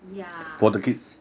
ya